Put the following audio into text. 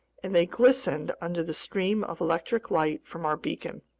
and they glistened under the stream of electric light from our beacon.